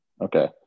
okay